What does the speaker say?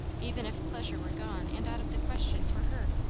even if pleasure were gone and out of the question for her.